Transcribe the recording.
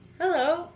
Hello